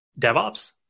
DevOps